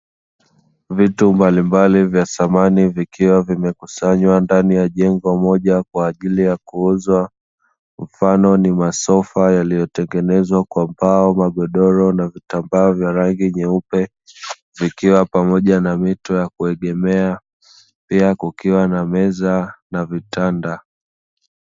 Vitu mbalimbali vya samani vikiwa vimekusanywa ndani ya jengo moja kwa ajili ya kuuzwa. Mfano ni masofa yaliyotengenezwa kwa mbao na magodoro na vitambaa vya rangi nyeupe vikiwa pamoja na mito ya kuegemea pia kukiwa na meza na vitanda.